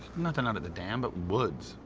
nothing out at the dam but woods.